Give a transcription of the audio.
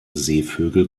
seevögel